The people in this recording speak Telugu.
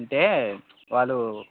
అంటే వాళ్ళు